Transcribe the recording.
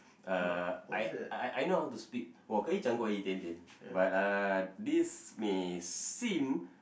uh I I I know how to speak 我可以讲过一点点 but uh this may seem